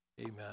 Amen